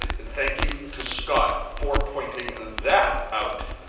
and thank you to scott for pointing that out.